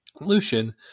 Lucian